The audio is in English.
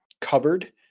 covered